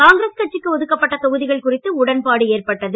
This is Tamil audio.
காங்கிரஸ் கட்சிக்கு டுதுக்கப்பட்ட தொகுதிகள் குறித்து உடன்பாடு ஏற்பட்டது